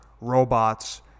robots